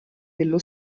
dello